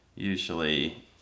usually